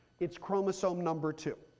it's chromosome number two.